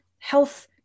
health